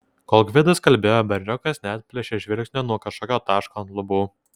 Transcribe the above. kol gvidas kalbėjo berniukas neatplėšė žvilgsnio nuo kažkokio taško ant lubų